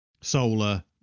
Solar